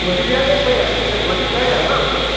भोलि बिहानै गइहाल है ए भोलि जाइहाल ल उसो भा